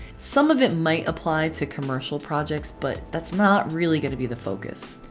some of it might apply to commercial projects but that's not really gonna be the focus.